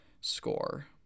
score